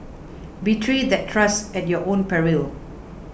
betray that trust at your own peril